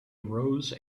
arose